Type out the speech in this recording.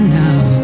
now